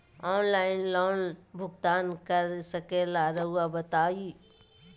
Online loan भुगतान कर सकेला राउआ बताई?